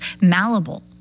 malleable